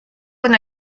con